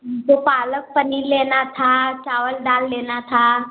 दो पालक पनीर लेना था चावल दाल लेना था